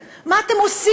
והם אמרו לי: אימא,